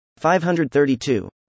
532